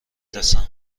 رسم